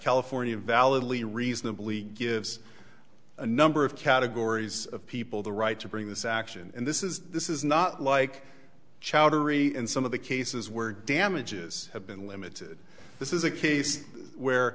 california validly reasonably gives a number of categories of people the right to bring this action and this is this is not like chowdhury in some of the cases where damages have been limited this is a case where